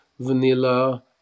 vanilla